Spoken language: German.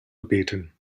gebeten